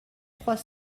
trois